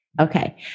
Okay